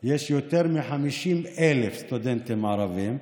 יש יותר מ-50,000 סטודנטים וסטודנטיות ערבים.